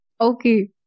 Okay